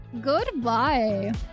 Goodbye